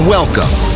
Welcome